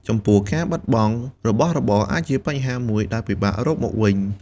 ចំពោះ ការបាត់របស់របរអាចជាបញ្ហាមួយដែលពិបាករកមកវិញ។